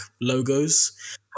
logos